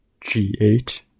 G8